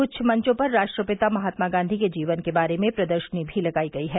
कृछ मंचों पर राष्ट्रपिता महात्मा गांधी के जीवन के बारे में प्रदर्शिनी भी लगाई गई है